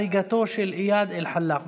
הריגתו של איאד אלחלאק.